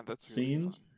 scenes